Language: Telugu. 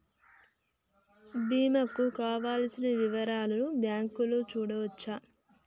బీమా కు కావలసిన వివరాలను బ్యాంకులో చూడొచ్చా?